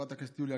חברת הכנסת יוליה,